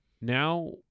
now